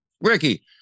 Ricky